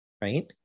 right